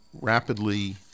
rapidly